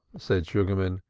said sugarman.